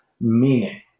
meaning